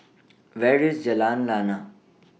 Where IS Jalan Lana